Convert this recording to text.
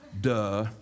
Duh